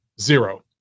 Zero